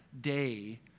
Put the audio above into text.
day